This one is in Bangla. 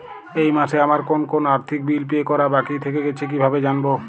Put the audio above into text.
এই মাসে আমার কোন কোন আর্থিক বিল পে করা বাকী থেকে গেছে কীভাবে জানব?